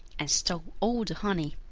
and stole all the honey.